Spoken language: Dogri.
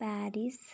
पेरिस